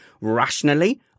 rationally